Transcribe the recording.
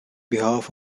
behalf